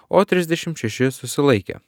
o trisdešimt šeši susilaikė